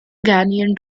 ghanaian